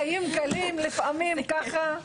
החיים קלים לפעמים, קורה.